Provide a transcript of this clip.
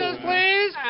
please